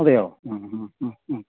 അതെയോ മ് മ് മ് മ്